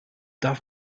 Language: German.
darf